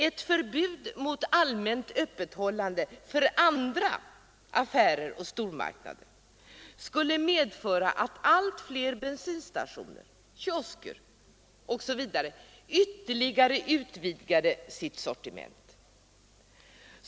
Ett förbud mot allmänt öppethållande för andra affärer och stormarknader skulle medföra att allt fler bensinstationer, kiosker osv. ytterligare utvidgade sitt sortiment.